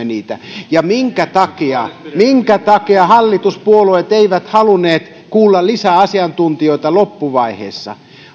niitä ja minkä takia minkä takia hallituspuolueet eivät halunneet kuulla lisää asiantuntijoita loppuvaiheessa